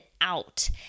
out